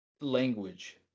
language